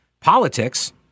politics